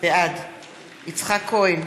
בעד יצחק כהן,